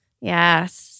Yes